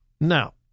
Now